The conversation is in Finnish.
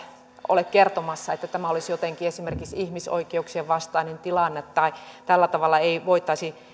ole kertomassa että tämä olisi jotenkin esimerkiksi ihmisoikeuksien vastainen tilanne tai tällä tavalla ei voitaisi